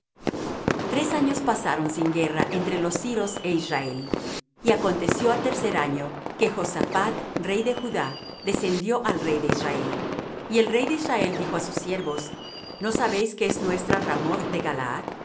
tres años pasaron sin guerra entre los siros é israel y aconteció al tercer año que josaphat rey de judá descendió al rey de israel y el rey de israel dijo á sus siervos no sabéis que es nuestra ramoth de galaad